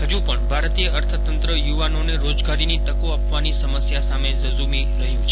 હજુ પજ્ઞ ભારતીય અર્થતંત્ર યુવાનોને રોજગારીની તકો આપવાની સમસ્યા સામે ઝઝૂમી રહ્યું છે